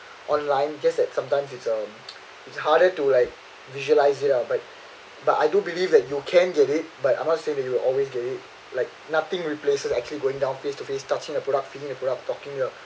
online just that sometimes it's um it's harder to like visualize it lah but but I do believe that you can get it but I must say that you will always get it like nothing replaces actually going down face to face touching the product feeling the product talking